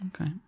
Okay